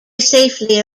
safely